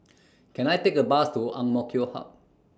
Can I Take A Bus to Ang Mo Kio Hub